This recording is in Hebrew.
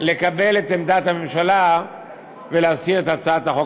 לקבל את עמדת הממשלה ולהסיר את הצעת החוק.